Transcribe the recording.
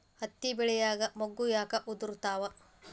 ಹತ್ತಿ ಬೆಳಿಯಾಗ ಮೊಗ್ಗು ಯಾಕ್ ಉದುರುತಾವ್?